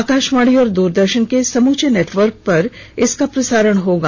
आकाशवाणी और दूरदर्शन के समूचे नेटवर्क पर इसका प्रसारण होगा